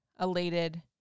elated